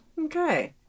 Okay